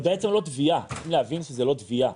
צריך להבין שזה לא תביעה.